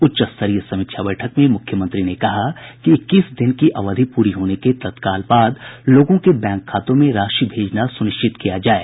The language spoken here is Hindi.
उच्च स्तरीय समीक्षा बैठक में मुख्यमंत्री ने कहा कि इक्कीस दिन की अवधि पूरी होने के तत्काल बाद लोगों के बैंक खातों में राशि भेजना सूनिश्चित किया जाये